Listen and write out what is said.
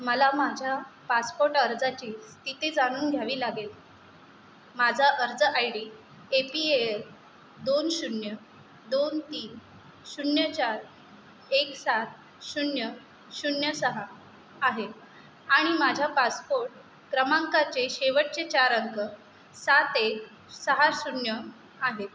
मला माझ्या पासपोर्ट अर्जाची स्थिती जाणून घ्यावी लागेल माझा अर्ज I D A P L दोन शून्य दोन तीन शून्य चार एक सात शून्य शून्य सहा आहे आणि माझ्या पासपोर्ट क्रमांकाचे शेवटचे चार अंक सात एक सहा शून्य आहेत